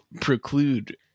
preclude